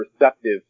receptive